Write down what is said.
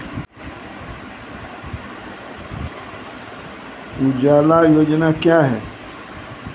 उजाला योजना क्या हैं?